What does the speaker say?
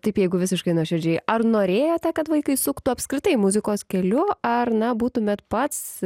taip jeigu visiškai nuoširdžiai ar norėjote kad vaikai suktų apskritai muzikos keliu ar na būtumėt pats